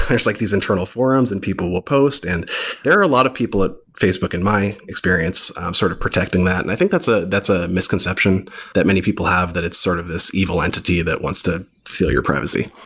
there's like these internal forums and people will post, and there a lot of people at facebook in my experience sort of protecting that. and i think that's ah that's a misconception that many people have that it's sort of this evil entity that wants to your privacy.